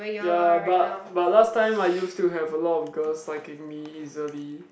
ya but but last time I used to have a lot of girls liking me easily